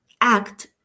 act